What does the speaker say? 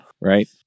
Right